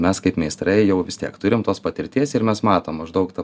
mes kaip meistrai jau vis tiek turim tos patirties ir mes matom maždaug ta